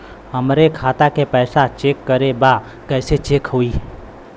हमरे खाता के पैसा चेक करें बा कैसे चेक होई?